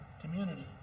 community